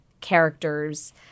characters